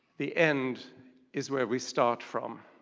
the end is where we start from.